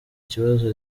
kibazo